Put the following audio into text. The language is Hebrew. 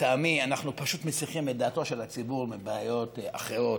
לטעמי אנחנו פשוט מסיחים את דעתו של הציבור מבעיות אחרות: